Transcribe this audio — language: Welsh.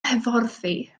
hyfforddi